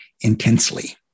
intensely